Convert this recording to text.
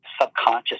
subconscious